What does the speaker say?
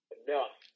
enough